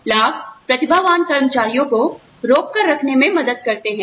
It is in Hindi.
लाभ प्रतिभावान कर्मचारियों को रोक कर रखने में मदद करते हैं